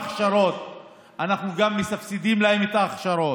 אנחנו גם מסבסדים להם את ההכשרות,